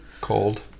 Cold